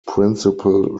principal